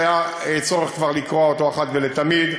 שהיה צורך כבר לקרוע אותו אחת ולתמיד,